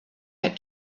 had